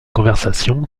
conversation